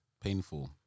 painful